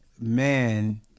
man